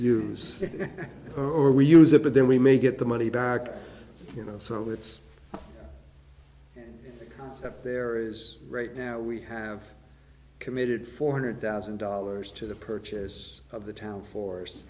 it or we use it but then we may get the money back you know so it's the concept there is right now we have committed four hundred thousand dollars to the purchase of the town force